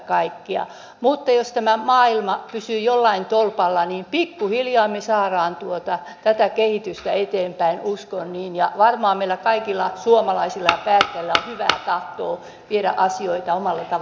mutta jos tämä maailma pysyy jollain tolpalla niin pikkuhiljaa me saamme tätä kehitystä eteenpäin uskon niin ja varmaan meillä kaikilla suomalaisilla ja päättäjillä on hyvää tahtoa viedä asioita omalla tavalla eteenpäin